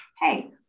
hey